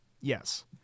yes